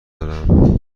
دارم